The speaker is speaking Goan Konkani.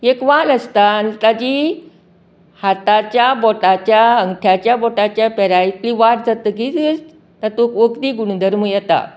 एक वाल आसता ताजी हाताच्या बोटाच्या अंकठ्याच्या बोटाच्या पेरायतली वाड जातगीर तातूंक वखदी गुणधर्म येता